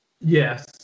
Yes